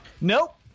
nope